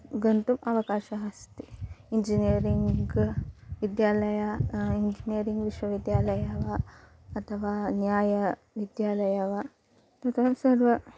गन्तुम् अवकाशः अस्ति इञ्जिनियरिङ्ग् विद्यालयः इञ्जिनियरिङ्ग् विश्वविद्यालयः वा अथवा न्यायविद्यालयः वा ततः सर्वं